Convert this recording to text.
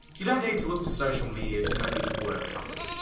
you don't need to look to social media to know that you're worth something.